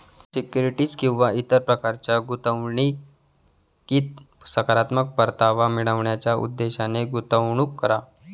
securities किंवा इतर प्रकारच्या गुंतवणुकीत सकारात्मक परतावा मिळवण्याच्या उद्देशाने गुंतवणूक करा